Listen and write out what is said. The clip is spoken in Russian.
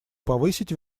повысить